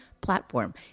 platform